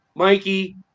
Mikey